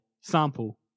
sample